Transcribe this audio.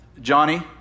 Johnny